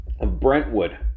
Brentwood